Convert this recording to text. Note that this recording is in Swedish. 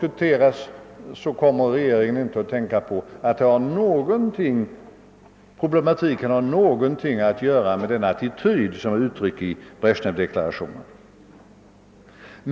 Regeringen kommer emellertid inte att tänka på att problematiken i Europa har någonting att göra med den sovjetiska attityd som kommer till uttryck i Brezjnevdeklarationen.